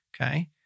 Okay